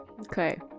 Okay